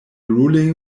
ruling